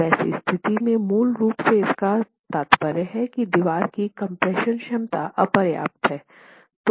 अब ऐसी स्थिति में मूल रूप से इसका तात्पर्य है कि दीवार की कम्प्रेशन क्षमता अपर्याप्त है